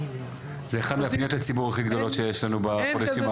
זה אחד מפניות הציבור הכי גדולות שיש לנו בארץ.